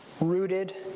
Rooted